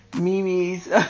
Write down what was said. Mimi's